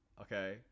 okay